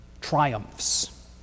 triumphs